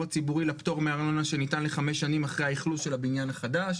הציבורי לפטור מארנונה שניתן לחמש שנים אחרי האיכלוס של הבניין החדש.